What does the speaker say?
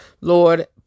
lord